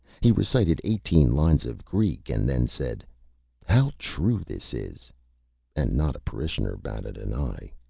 he recited eighteen lines of greek and then said how true this is! and not a parishioner batted an eye.